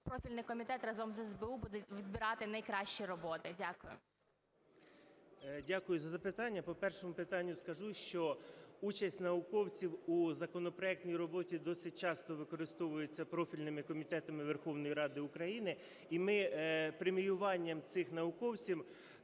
профільний комітет разом з СБУ буде відбирати найкращі роботи? Дякую. 11:06:49 КОЛЮХ В.В. Дякую за запитання. По першому питанню скажу, що участь науковців у законопроектній роботі досить часто використовується профільними комітетами Верховної Ради України. І ми преміюванням цих науковців